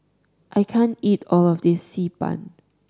I can't eat all of this Xi Ban